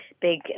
big